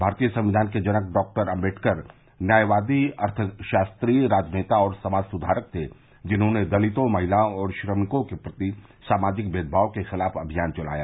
भारतीय संविधान के जनक डॉक्टर आम्बेडकर न्यायवादी अर्थशास्त्री राजनेता और समाज सुधारक थे जिन्होंने दलितों महिलाओं और श्रमिकों के प्रति सामाजिक नेदभाव के खिलाफ अभियान चलाया